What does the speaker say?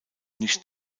nicht